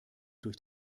durch